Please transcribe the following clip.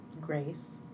grace